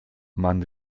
man